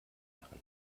machen